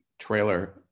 trailer